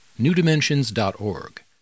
newdimensions.org